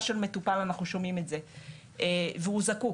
של מטופל אנחנו שומעים את זה והוא זקוק,